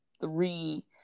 three